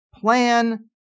plan